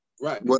Right